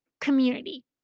community